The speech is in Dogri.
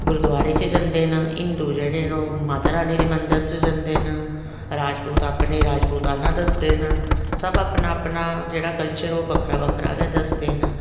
गुरुदवारे बिच जंदे न हिंदु जेहडे़ न ओह् माता रानी दे मदंर च जंदे न राजपूत अपना राजपुताना दसदे ना सब अपना अपना जेहड़ा कल्चर ओह् बक्खरा बक्खरा गै दसदे न